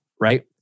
right